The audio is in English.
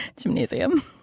gymnasium